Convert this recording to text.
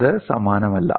അത് സമാനമല്ല